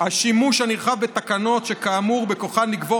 השימוש הנרחב בתקנות שכאמור בכוחן לגבור